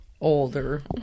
Older